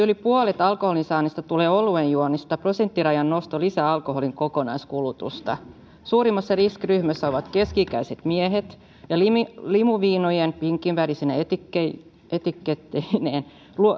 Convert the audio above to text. yli puolet alkoholin saannista tulee oluen juonnista prosenttirajan nosto lisää alkoholin kokonaiskulutusta suurimmassa riskiryhmässä ovat keski ikäiset miehet ja limuviinojen pinkin värisine etiketteineen etiketteineen